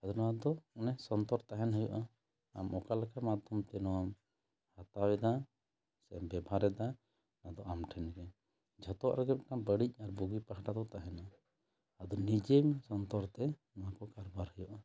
ᱟᱫᱚ ᱱᱚᱣᱟ ᱫᱚ ᱚᱱᱮ ᱥᱚᱱᱛᱚᱨ ᱛᱟᱦᱮᱱ ᱦᱩᱭᱩᱜᱼᱟ ᱟᱢ ᱚᱠᱟ ᱞᱮᱠᱟ ᱢᱟᱫᱽᱫᱷᱚᱢᱛᱮ ᱱᱚᱣᱟᱢ ᱦᱟᱛᱟᱣ ᱮᱫᱟ ᱥᱮ ᱵᱮᱵᱷᱟᱨ ᱮᱫᱟ ᱚᱱᱟ ᱫᱚ ᱟᱢ ᱴᱷᱮᱱ ᱜᱮ ᱡᱚᱛᱚ ᱟᱜ ᱨᱮᱜᱮ ᱵᱟᱹᱲᱤᱡ ᱟᱨ ᱵᱩᱜᱤ ᱯᱟᱦᱟᱴᱟ ᱫᱚ ᱛᱟᱦᱮᱱ ᱜᱮᱭᱟ ᱟᱫᱚ ᱱᱤᱡᱮᱢ ᱥᱚᱱᱛᱚᱨ ᱛᱮ ᱱᱚᱣᱟ ᱠᱚ ᱠᱟᱨᱵᱟᱨ ᱦᱩᱭᱩᱜᱼᱟ